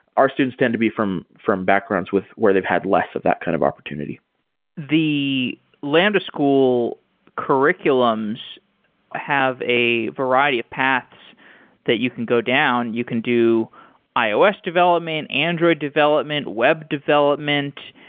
our students tend to be from from backgrounds with where they've had less of that kind of opportunity the lambda school curriculums have a variety of paths that you can go down. you can do ios development, android development, web development,